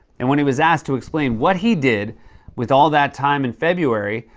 and when he was asked to explain what he did with all that time in february,